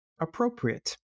appropriate